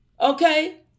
Okay